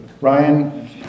Ryan